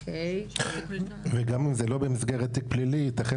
וגם אם זה לא במסגרת תיק פלילי יתכן